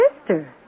sister